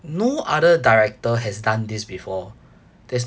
no other director has done this before